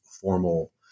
formal